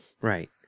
right